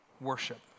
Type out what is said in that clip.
Worship